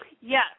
yes